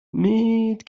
mit